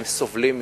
הם סובלים מזה,